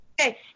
okay